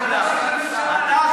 אבל ראש הממשלה,